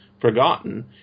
forgotten